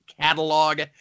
catalog